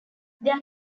there